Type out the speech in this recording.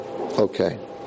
okay